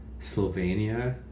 Slovenia